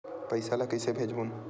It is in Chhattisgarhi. पईसा ला कइसे भेजबोन?